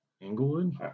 Englewood